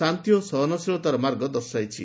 ଶାନ୍ତି ଓ ସହନଶୀଳତାର ମାର୍ଗ ଦର୍ଶାଇଛି